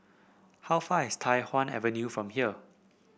how far is Tai Hwan Avenue from here